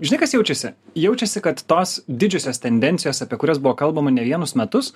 žinai kas jaučiasi jaučiasi kad tos didžiosios tendencijos apie kurias buvo kalbama ne vienus metus